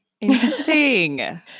Interesting